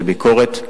לביקורת.